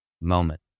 moment